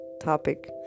topic